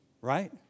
Right